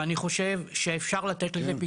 ואני חושב שאפשר לתת לזה פתרון.